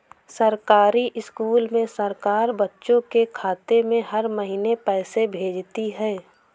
सरकारी स्कूल में सरकार बच्चों के खाते में हर महीने पैसे भेजती है